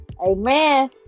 Amen